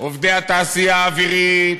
עובדי התעשייה האווירית,